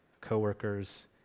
co-workers